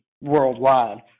Worldwide